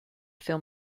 film